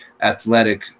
athletic